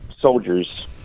soldiers